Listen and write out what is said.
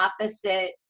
opposite